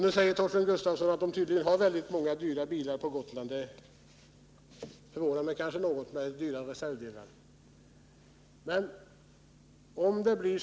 Nu säger Torsten Gustafsson tydligen att de har väldigt många dyra bilar med dyra reservdelar på Gotland, och det förvånar mig kanske något.